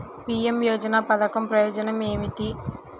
PM Yojana పధకం ప్రయోజనం ఏమితి?